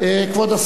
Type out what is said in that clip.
אין נמנעים.